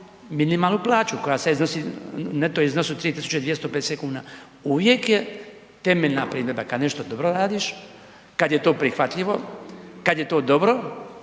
minimalnu plaću koja sad iznosi u neto iznosu 3.250 kuna, uvijek je temeljna primjedba kad nešto dobro radiš, kad je to prihvatljivo, kad je to dobro,